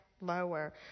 lower